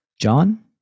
john